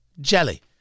jelly